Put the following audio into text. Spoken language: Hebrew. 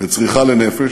לצריכה לנפש